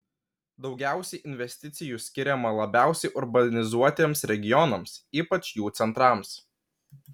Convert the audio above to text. daugiausiai investicijų skiriama labiausiai urbanizuotiems regionams ypač jų centrams